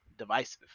divisive